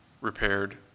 repaired